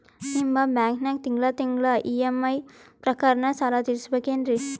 ನಿಮ್ಮ ಬ್ಯಾಂಕನಾಗ ತಿಂಗಳ ತಿಂಗಳ ಇ.ಎಂ.ಐ ಪ್ರಕಾರನ ಸಾಲ ತೀರಿಸಬೇಕೆನ್ರೀ?